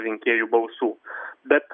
rinkėjų balsų bet